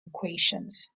equations